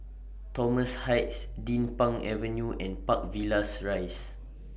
Thomson Heights Din Pang Avenue and Park Villas Rise